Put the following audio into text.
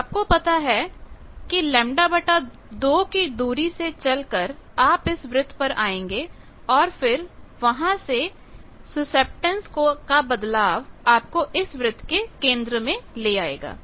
आपको पता है कि λ 2 की दूरी से चलकर आप इस वृत्त पर आएंगे और फिर वहां से यह सुसेप्टटेन्स का बदलाव आपको इस वृत्त के केंद्र में ले आएगा